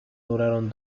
duraron